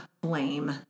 blame